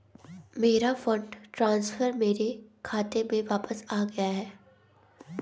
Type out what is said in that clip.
मेरा fund transfer मेरे खाते में वापस आ गया है